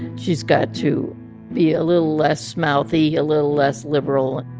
she's got to be a little less mouthy, a little less liberal.